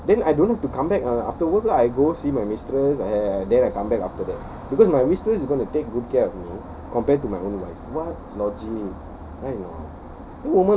!huh! then I don't have to come back uh after work ah I go see my mistress then I come back after that because my mistress is going to take good care of me compared to my own wife [what] logic right or not